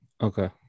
Okay